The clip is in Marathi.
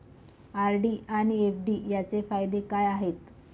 आर.डी आणि एफ.डी यांचे फायदे काय आहेत?